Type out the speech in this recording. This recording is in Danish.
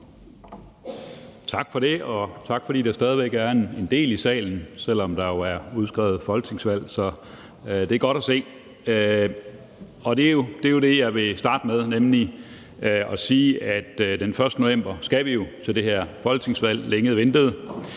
Tak for det, og tak for, at der stadig væk er en del i salen, selv om der jo er udskrevet folketingsvalg. Det er godt at se. Og det, jeg vil starte med at sige, er, at vi jo skal til det her længe ventede